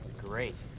great.